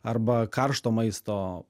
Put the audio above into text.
arba karšto maisto